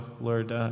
Lord